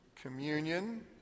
communion